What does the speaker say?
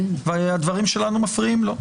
והדברים שלנו מפריעים לו.